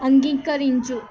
అంగీకరించు